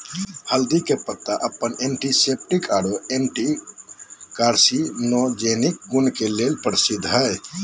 हल्दी के पत्ता अपन एंटीसेप्टिक आरो एंटी कार्सिनोजेनिक गुण के लेल प्रसिद्ध हई